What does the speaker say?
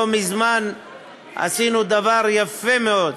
לא מזמן עשינו דבר יפה מאוד: